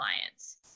clients